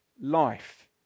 life